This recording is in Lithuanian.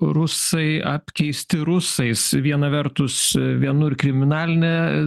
rusai apkeisti rusais viena vertus vienur kriminalinė